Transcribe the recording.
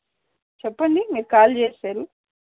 చెప్పండి మీరు కాల్ చేసారు